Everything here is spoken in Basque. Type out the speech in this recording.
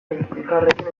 elkarrekin